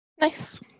Nice